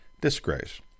disgrace